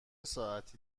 ساعتی